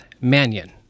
Mannion